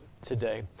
today